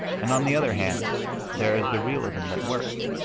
and on the other hand there is the realism that works.